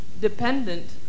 dependent